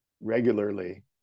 regularly